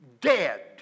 dead